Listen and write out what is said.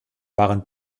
waren